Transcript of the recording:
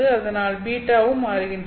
அதனால் β வும் மாறுகின்றது